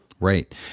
Right